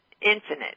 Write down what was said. infinite